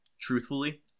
Truthfully